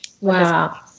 Wow